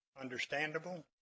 understandable